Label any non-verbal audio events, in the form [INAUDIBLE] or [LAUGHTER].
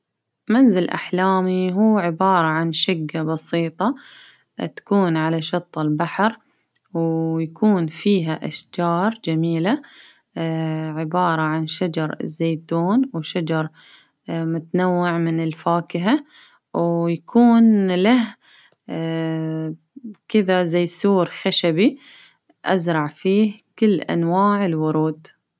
منزل أحلامي هو عبارة عن شقة بسيطة، تكون على شط البحر، ويكون فيها أشجار جميلة، [HESITATION] عبارة عن شجر الزيتون وشجر [HESITATION] متنوع من الفاكهة ،و-يكون له [HESITATION] كذا زي سور خشبي أزرع فيه كل أنواع الورود.